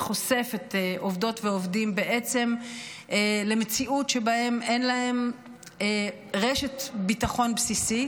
וחושפת עובדות ועובדים למציאות שבה אין להם רשת ביטחון בסיסית.